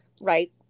right